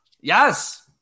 Yes